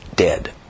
dead